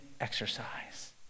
exercise